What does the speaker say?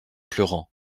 pleurant